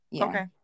okay